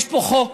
יש פה חוק,